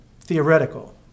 theoretical